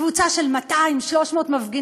קבוצה של 200 300 מפגינים,